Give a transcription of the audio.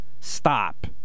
Stop